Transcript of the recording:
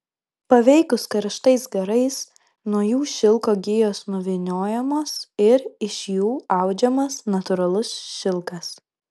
paveikus karštais garais nuo jų šilko gijos nuvyniojamos ir iš jų audžiamas natūralus šilkas